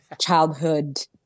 childhood